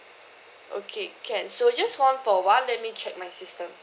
okay can so just hold on for a while let me check my system